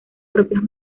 propios